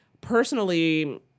personally